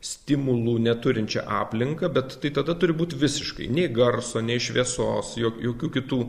stimulų neturinčią aplinką bet tai tada turi būt visiškai nei garso nei šviesos jok jokių kitų